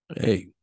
Hey